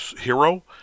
hero